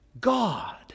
God